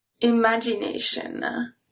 Imagination